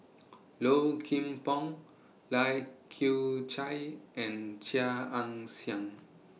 Low Kim Pong Lai Kew Chai and Chia Ann Siang